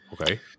Okay